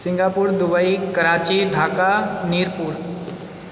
Singapore Dubai Karachi Dhaka Mirpur